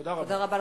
תודה רבה.